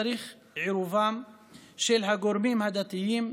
צריך עירובם של הגורמים הדתיים,